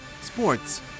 sports